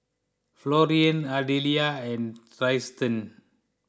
Florian Ardelia and Trystan